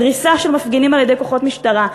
דריסה של מפגינים על-ידי כוחות משטרה,